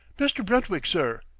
mr. brentwick, sir!